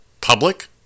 public